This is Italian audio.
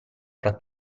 fra